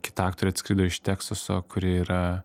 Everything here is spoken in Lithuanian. kita aktorė atskrido iš teksaso kuri yra